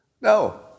No